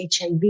HIV